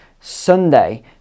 Sunday